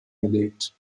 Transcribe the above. gelegt